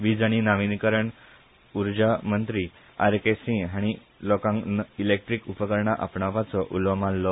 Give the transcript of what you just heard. वीज आनी नवीकरणीय उर्जा मंत्री आर के सिंह हाणी लोकांक इलेक्ट्रीक उपकरणा आपणावपाचो उलो माल्लो